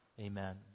Amen